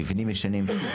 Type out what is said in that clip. מבנים ישנים,